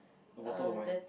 a bottle of wine